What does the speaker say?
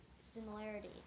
similarity